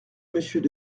monsieur